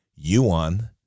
yuan